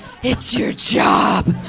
it's your job!